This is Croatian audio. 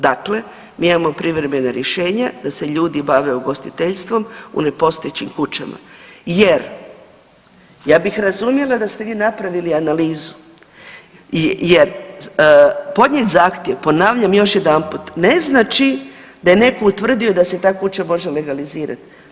Dakle, mi imamo privremena rješenja da se ljudi bave ugostiteljstvom u nepostojećim kućama jer ja bih razumjela da ste vi napravili analizu jer podnijet zahtjev, ponavljam još jedanput ne znači da je neko utvrdio da se ta kuća može legalizirat.